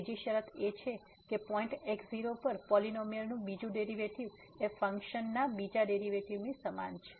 ત્રીજી શરત એ કે પોઈન્ટ x0 પર પોલીનોમીઅલ નું બીજું ડેરીવેટીવ એ ફંક્શન ના બીજા ડેરીવેટીવ ની સમાન છે